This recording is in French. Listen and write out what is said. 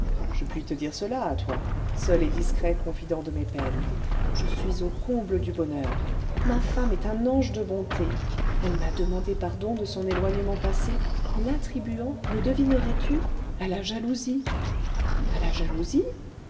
je puis te dire cela à toi seul et discret confident de mes peines je suis au comble du bonheur ma femme est un ange de bonté elle m'a demandé pardon de son éloignement passé l'attribuant le devinerais tu à la jalousie à la jalousie